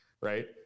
right